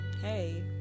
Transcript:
hey